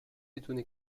étonnés